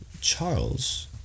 Charles